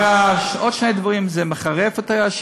ועוד שני דברים: זה מחרף את ה',